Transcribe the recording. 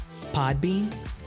Podbean